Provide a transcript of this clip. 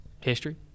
history